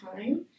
time